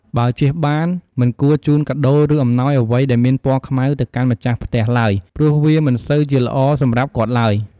បើជៀសបានមិនគួរជូនកាដូរ ឬអំណោយអ្វីដែលមានពណ៏ខ្មៅទៅកាន់ម្ចាស់ផ្ទះឡើយព្រោះវាមិនសូវជាល្អសម្រាប់គាត់ឡើយ។